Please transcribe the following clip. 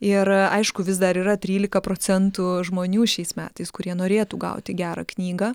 ir aišku vis dar yra trylika procentų žmonių šiais metais kurie norėtų gauti gerą knygą